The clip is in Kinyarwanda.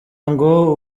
ngo